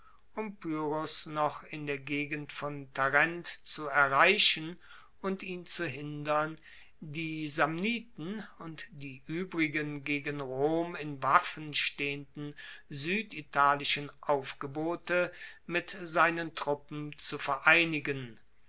noch in der gegend von tarent zu erreichen und ihn zu hindern die samniten und die uebrigen gegen rom in waffen stehenden sueditalischen aufgebote mit seinen truppen zu vereinigen